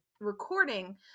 recording